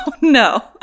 No